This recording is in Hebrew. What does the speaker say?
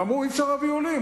אמרו: אי-אפשר להביא עולים.